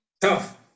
Tough